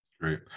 great